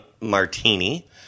martini